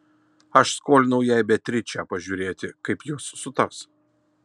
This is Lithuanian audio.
aš skolinau jai beatričę pažiūrėti kaip jos sutars